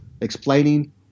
explaining